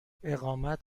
اقامت